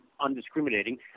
undiscriminating